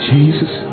Jesus